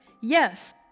yes